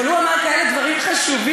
אבל הוא אמר כאלה דברים חשובים.